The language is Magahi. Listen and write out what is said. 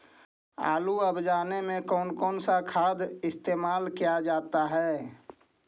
आलू अब जाने में कौन कौन सा खाद इस्तेमाल क्या जाता है?